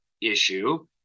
issue